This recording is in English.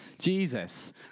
Jesus